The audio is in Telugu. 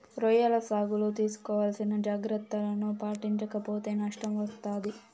రొయ్యల సాగులో తీసుకోవాల్సిన జాగ్రత్తలను పాటించక పోతే నష్టం వస్తాది